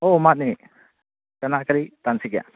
ꯑꯧ ꯃꯥꯅꯦ ꯀꯅꯥ ꯀꯔꯤ ꯇꯥꯟꯅꯁꯤꯒꯦ